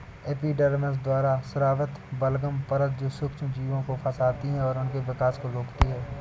epidermis द्वारा स्रावित बलगम परत जो सूक्ष्मजीवों को फंसाती है और उनके विकास को रोकती है